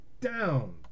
down